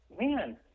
Man